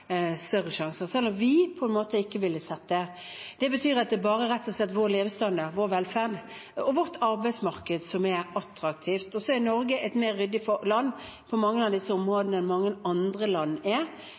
større sjanser, selv om vi på en måte ikke ville sett det. Det betyr at det rett og slett bare er vår levestandard, vår velferd og vårt arbeidsmarked som er attraktivt. Og så er Norge et mer ryddig land på mange av disse